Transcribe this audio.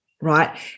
right